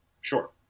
Sure